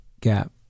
Gap